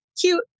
cute